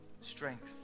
strength